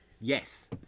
yes